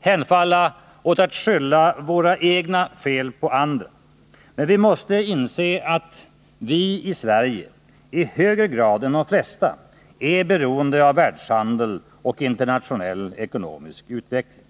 hemfalla åt att skylla våra egna fel på andra. Men vi måste inse att vi i Sverige i högre grad än de flesta är beroende av världshandel och internationell ekonomisk utveckling.